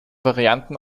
varianten